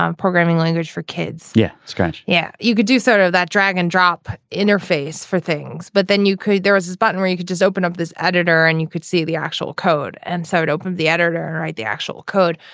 um programming language for kids. yeah. scratch yeah you could do sort of that drag and drop interface for things but then you could. there was this button where you could just open up this ed and you could see the actual code and so it opened the editor and write the actual code.